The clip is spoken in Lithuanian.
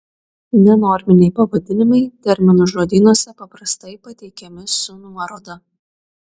nenorminiai pavadinimai terminų žodynuose paprastai pateikiami su nuoroda